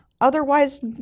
otherwise